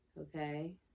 okay